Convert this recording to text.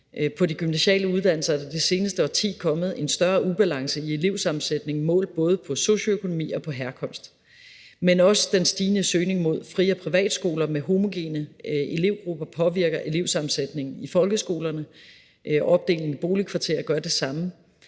På de gymnasiale uddannelser er der det seneste årti kommet en større ubalance i elevsammensætningen målt både på socioøkonomi og på herkomst. Men også den stigende søgning mod fri- og privatskoler med homogene elevgrupper påvirker elevsammensætningen i folkeskolerne; opdelingen i boligkvarterer gør det samme.